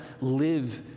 live